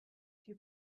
too